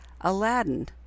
Aladdin